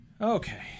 Okay